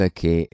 che